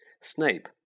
Snape